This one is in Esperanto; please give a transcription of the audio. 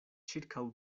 ĉirkaŭ